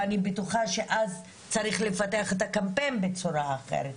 ואני בטוחה שאז צריך לפתח את הקמפיין בצורה אחרת.